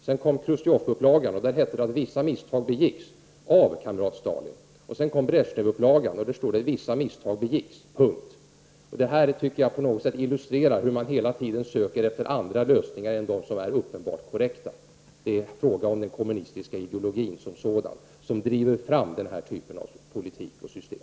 Sedan kom Chrustjovupplagan, och där hette det att vissa misstag begicks, av kamrat Stalin. Sedan kom Brezjnevupplagan och där står det bara att vissa misstag begicks. Det här tycker jag på något sätt illustrerar hur man hela tiden söker efter andra lösningar än dem som är uppenbart korrekta. Det är fråga om den kommunistiska ideologin som sådan som driver fram den här typen av politik och system.